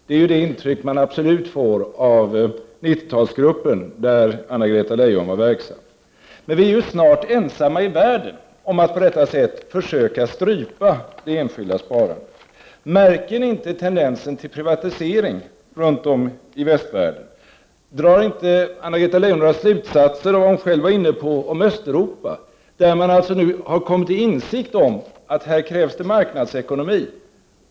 Detta är det intryck man absolut får av 90-talsgruppen, där Anna Greta Leijon var verksam. Men Sverige är ju snart det enda landet i världen som på detta sätt försöker strypa det enskilda sparandet. Märker socialdemokraterna inte tendensen till privatisering runt om i västvärlden? Drar inte Anna-Greta Leijon några slutsatser av det hon själv sade om Östeuropa? Där har man kommit till insikt om att det är marknadsekonomi som krävs.